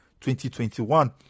2021